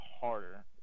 harder